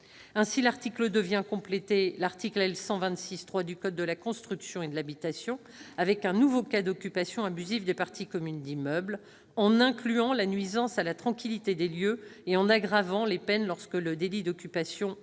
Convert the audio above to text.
Ainsi, l'article 2 vient compléter l'article L. 126-3 du code de la construction et de l'habitation avec un nouveau cas d'occupation abusive des parties communes d'immeubles, en incluant la nuisance à la tranquillité des lieux, et en aggravant les peines lorsque le délit d'occupation abusive est